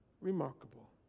remarkable